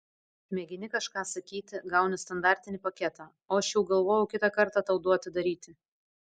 mėgini kažką sakyti gauni standartinį paketą o aš jau galvojau kitą kartą tau duoti daryti